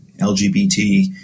LGBT